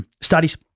studies